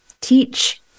teach